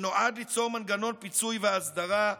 שנועד ליצור מנגנון פיצוי והסדרה,